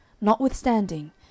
Notwithstanding